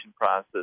process